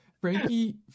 Frankie